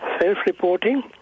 self-reporting